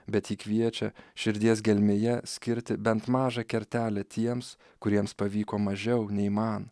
bet ji kviečia širdies gelmėje skirti bent mažą kertelę tiems kuriems pavyko mažiau nei man